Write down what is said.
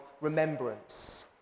remembrance